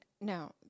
No